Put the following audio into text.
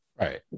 Right